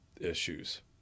issues